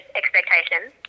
expectations